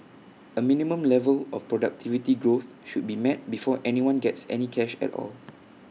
A minimum level of productivity growth should be met before anyone gets any cash at all